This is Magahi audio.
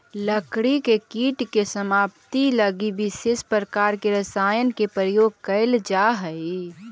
लकड़ी के कीट के समाप्ति लगी विशेष प्रकार के रसायन के प्रयोग कैल जा हइ